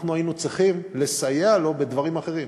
אנחנו היינו צריכים לסייע לו בדברים אחרים.